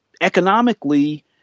economically